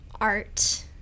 art